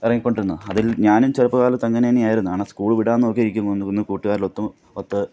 ഇറങ്ങിക്കൊണ്ടിരുന്നത് അതിൽ ഞാനും ചെറുപ്പകാലത്ത് അങ്ങനെ തന്നെയായിരുന്നു കാരണം സ്കൂൾ വിടാൻ നോക്കിയിരിക്കും ഒന്ന് ഒന്ന് കൂട്ടുകാരോടൊത്ത് ഒത്ത്